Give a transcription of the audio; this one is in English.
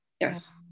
Yes